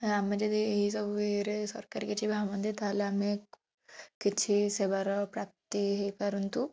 ଆମେ ଯଦି ଏହି ସବୁ ଇଏରେ ସରକାର କିଛି ଭାବନ୍ତେ ତାହେଲେ ଆମେ କିଛି ସେବାର ପ୍ରାପ୍ତି ହେଇପାରନ୍ତୁ